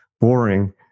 boring